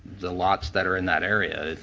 the lots that are in that area.